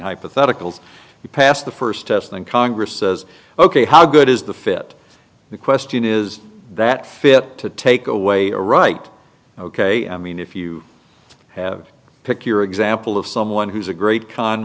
hypotheticals you passed the first test and congress says ok how good is the fit the question when is that fit to take away a right ok i mean if you have pick your example of someone who's a great con